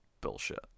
bullshit